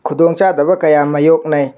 ꯈꯨꯗꯣꯡ ꯆꯥꯗꯕ ꯀꯌꯥ ꯃꯥꯏꯌꯣꯛꯅꯩ